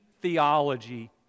theology